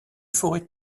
forêt